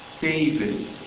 David